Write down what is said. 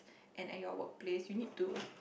and at your workplace you need to